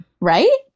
Right